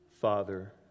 father